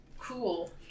Cool